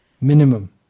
Minimum